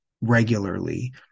regularly